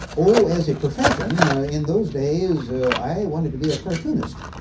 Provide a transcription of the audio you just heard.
oh, as a profession in those days i wanted to be a cartoonist.